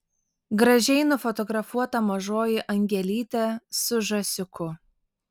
gražiai nufotografuota mažoji angelytė su žąsiuku